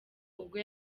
ubwo